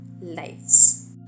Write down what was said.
lives